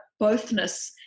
bothness